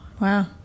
Wow